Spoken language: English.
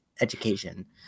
education